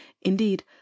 indeed